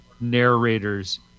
narrator's